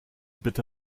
bitte